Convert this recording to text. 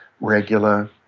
regular